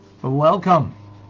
Welcome